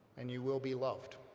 and you will be loved.